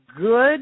good